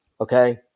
Okay